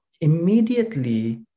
immediately